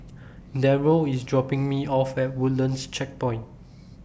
Darryll IS dropping Me off At Woodlands Checkpoint